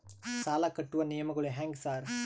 ಸಾಲ ಕಟ್ಟುವ ನಿಯಮಗಳು ಹ್ಯಾಂಗ್ ಸಾರ್?